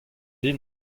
din